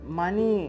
money